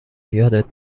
یادت